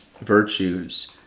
virtues